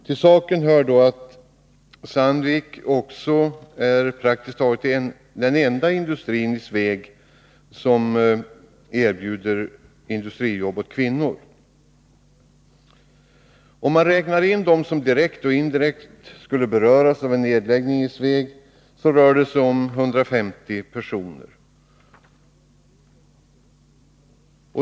Till saken hör också att Sandvik är praktiskt taget den enda industri i Sveg som kan erbjuda kvinnor industrijobb. Om man räknar in dem som direkt och indirekt skulle beröras av en nedläggning i Sveg, rör det sig om ca 150 personer.